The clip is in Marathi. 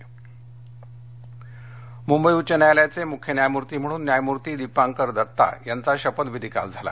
शपथविधी मुंबई उच्च न्यायालयाचे मुख्य न्यायमूर्ती म्हणून न्यायमूर्ती दीपांकर दत्ता यांचा शपथविधी काल झाला